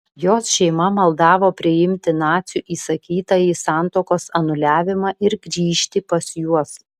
jos šeima maldavo priimti nacių įsakytąjį santuokos anuliavimą ir grįžti pas juos